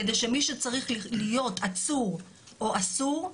כדי שמי שצריך להיות עצור או אסור,